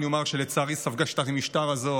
אומר שלצערי ספגה שיטת המשטר הזאת,